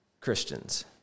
Christians